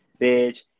bitch